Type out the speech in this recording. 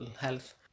health